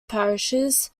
parishes